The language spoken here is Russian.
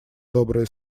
добрые